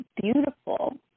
beautiful